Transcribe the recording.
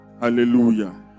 Hallelujah